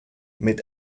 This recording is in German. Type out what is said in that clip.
mit